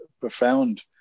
profound